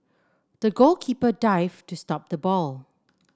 the goalkeeper dived to stop the ball